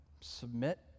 submit